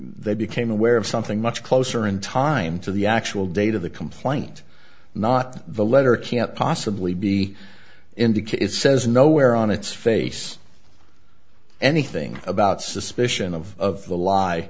they became aware of something much closer in time to the actual date of the complaint not the letter can't possibly be indicate it says nowhere on its face anything about suspicion of the